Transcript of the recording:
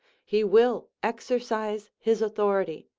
he will exercise his authority,